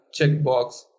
checkbox